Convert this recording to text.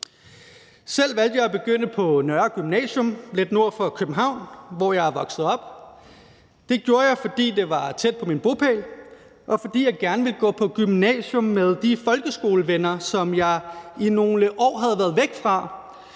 Selv valgte jeg at begynde på Nørre Gymnasium lidt nord for København, hvor jeg er vokset op. Det gjorde jeg, fordi det var tæt på min bopæl, og fordi jeg gerne ville gå på gymnasium med de folkeskolevenner, som jeg i nogle år havde været væk fra,